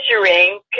measuring